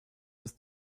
was